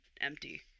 Empty